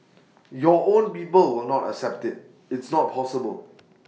your own people will not accept IT it's not possible